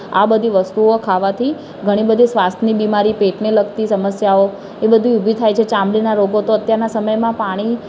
આ બધી વસ્તુઓ ખાવાથી ઘણી બધી શ્વાસની બીમારી પેટને લગતી સમસ્યાઓ એ બધી ઉભી થાય છે ચામડીના રોગો તો અત્યારના સમયમાં પાણી